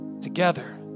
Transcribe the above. together